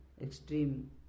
extreme